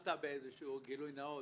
התחלת בגילוי נאות,